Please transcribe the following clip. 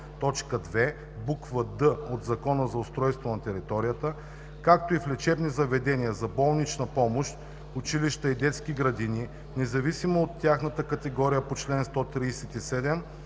буква „д“ от Закона за устройство на територията, както и в лечебни заведения за болнична помощ, училища и детски градини, независимо от тяхната категория по чл. 137